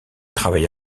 travaille